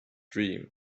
dream